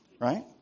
Right